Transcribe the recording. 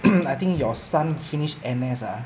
I think your son finish N_S ah